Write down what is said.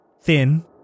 thin